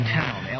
town